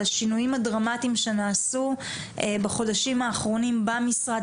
השינויים הדרמטיים שנעשו בחודשים האחרונים במשרד,